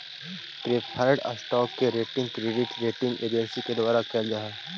preferred stock के rating credit rating agency के द्वारा कैल जा हइ